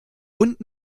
und